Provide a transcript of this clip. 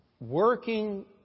working